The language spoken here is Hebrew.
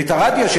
ואת הרדיו,